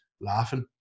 laughing